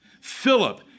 Philip